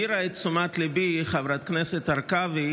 העירה את תשומת ליבי חברת הכנסת הרכבי